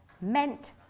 meant